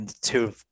two